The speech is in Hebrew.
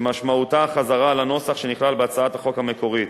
שמשמעותה חזרה לנוסח שנכלל בהצעת החוק המקורית.